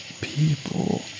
people